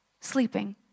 sleeping